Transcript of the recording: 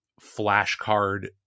flashcard